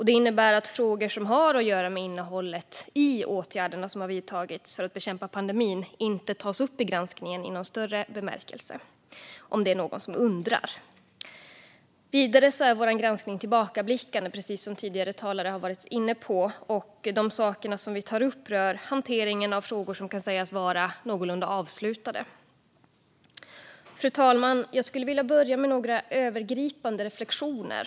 Det innebär att frågor som har att göra med innehållet i de åtgärder som har vidtagits för att bekämpa pandemin inte tas upp i granskningen i någon större bemärkelse - om det är någon som undrar. Vidare är vår granskning tillbakablickande, precis som tidigare talare har varit inne på. De saker vi tar upp rör hanteringen av frågor som kan sägas vara någorlunda avslutade. Fru talman! Jag skulle vilja börja med några övergripande reflektioner.